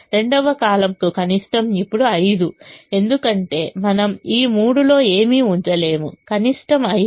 రెండవ కాలమ్కు కనిష్టం ఇప్పుడు 5 ఎందుకంటే మనం ఈ 3 లో ఏమీ ఉంచలేము కనిష్టం 5